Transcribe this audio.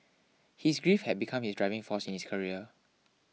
his grief had become his driving force in his career